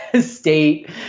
state